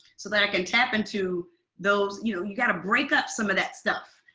so that i could tap in to those. you you got to break up some of that stuff.